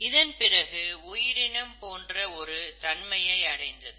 இதன்பிறகு உயிரினம் போன்ற ஒரு தன்மையை அடைந்தது